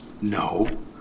No